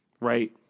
right